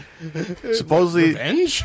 supposedly